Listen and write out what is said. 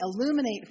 illuminate